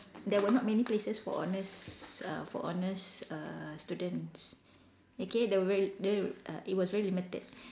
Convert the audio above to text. there were not many places for honours uh for honours uh students okay there were very l~ there uh it was very limited